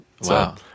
Wow